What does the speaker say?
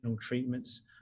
treatments